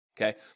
Okay